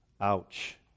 Ouch